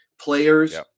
Players